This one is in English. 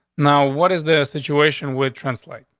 now, what is the situation would translate.